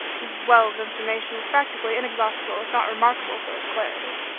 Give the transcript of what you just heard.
whose well of information was practically inexhaustible if not remarkable for its clarity.